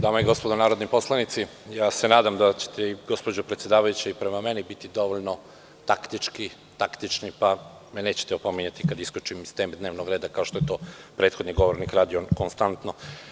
Dame i gospodo narodni poslanici, nadam se da ćete, gospođo predsedavajuća, prema meni biti dovoljno taktični, pa da me nećete opominjati kada iskočim iz teme dnevnog reda, kao što je to prethodni govornik radio konstantno.